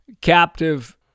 captive